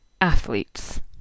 athletes